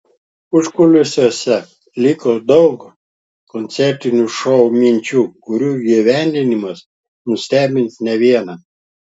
užkulisiuose liko dar daug koncertinio šou minčių kurių įgyvendinimas nustebins ne vieną